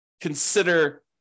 consider